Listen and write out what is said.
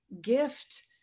gift